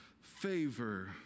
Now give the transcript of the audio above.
favor